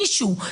מישהו,